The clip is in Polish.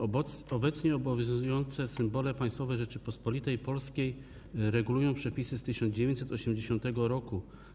Obecnie obowiązujące symbole państwowe Rzeczypospolitej Polskiej regulują przepisy z 1980 r.